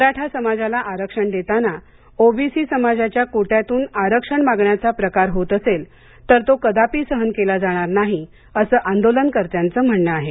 मराठा समाजाला आरक्षण देतांना ओबीसी समाजाच्या कोट्यातून आरक्षण मागण्याचा प्रकार होत असेल तर तो कदापी सहन केला जाणार नाही असं आंदोलनकर्त्यांचं म्हणणं आहे